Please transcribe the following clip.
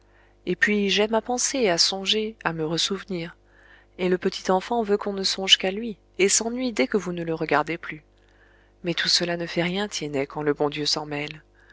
et puis j'aime à penser à songer à me ressouvenir et le petit enfant veut qu'on ne songe qu'à lui et s'ennuie dès que vous ne le regardez plus mais tout cela ne fait rien tiennet quand le bon dieu